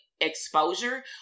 exposure